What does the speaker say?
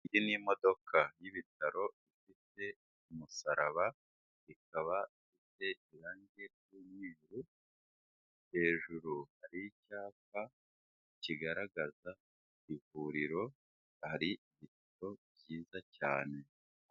Iyi ni imodoka y'ibitaro bifite umusaraba, ikaba ifite irange ry'umweru, hejuru hari icyapa kigaragaza ivuriro, hari igicu kiza cyane.